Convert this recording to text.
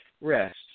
rest